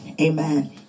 Amen